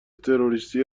تروریستی